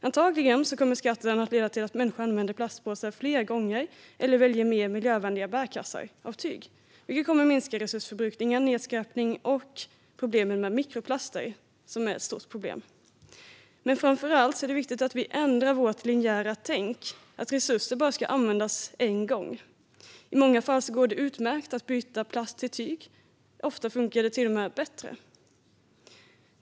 Antagligen kommer skatten att leda till att människor använder plastpåsar fler gånger eller väljer mer miljövänliga bärkassar av tyg, vilket kommer att minska resursförbrukningen, nedskräpningen och problemen med mikroplaster, som är stora i dag. Men framför allt är det viktigt att vi ändrar vårt linjära tänk, att resurser bara ska användas en gång. I många fall går det utmärkt att byta plast till tyg. Ofta funkar det till och med bättre.